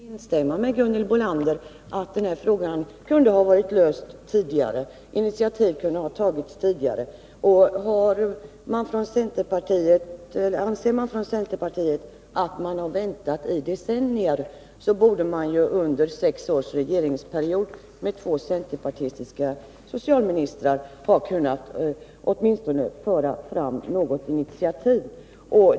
Herr talman! Jag ber att få instämma med Gunhild Bolander i att den här frågan kunde ha varit löst tidigare; initiativ kunde ha tagits tidigare. Anser man från centerpartiet att man har väntat i decennier, borde man under sex års regeringsperiod med två centerpartistiska socialministrar åtminstone ha kunnat föra fram något initiativ.